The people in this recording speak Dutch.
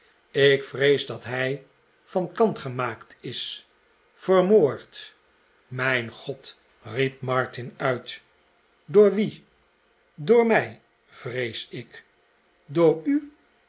ik vrees dat hij van kant gemaakt is vermoord mijn god riep martin uit door wien door mij vrees ik door u